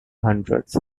hundreds